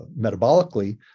metabolically